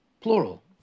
plural